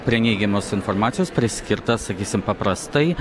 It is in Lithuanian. prie neigiamos informacijos priskirta sakysime paprastai